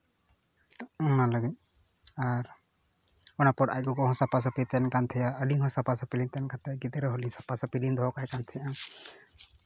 ᱚᱱᱟ ᱞᱟᱹᱜᱤᱫ ᱟᱨ ᱚᱱᱟ ᱯᱚᱨ ᱟᱡ ᱜᱚᱜᱚ ᱦᱚᱸ ᱥᱟᱯᱷᱟᱼᱥᱟᱹᱯᱷᱤ ᱛᱟᱦᱮᱱ ᱠᱟᱱ ᱛᱟᱦᱮᱸᱜᱼᱟ ᱟᱹᱞᱤᱧ ᱥᱟᱯᱷᱟᱼᱥᱟᱹᱯᱷᱤ ᱞᱤᱧ ᱛᱟᱦᱮᱱ ᱠᱟᱱ ᱛᱟᱦᱮᱸᱜᱼᱟ ᱜᱤᱫᱽᱨᱟᱹ ᱦᱚᱸ ᱥᱟᱯᱷᱟᱼᱥᱟᱯᱷᱤ ᱞᱤᱧ ᱫᱚᱦᱚ ᱠᱟᱭ ᱛᱟᱦᱮᱸᱜᱼᱟ